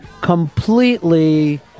completely